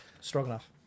Stroganoff